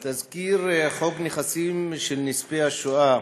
תזכיר חוק נכסים של נספי השואה